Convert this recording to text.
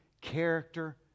character